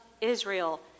Israel